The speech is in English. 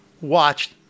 watched